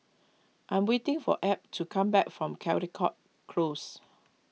I am waiting for Abb to come back from Caldecott Close